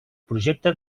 projecte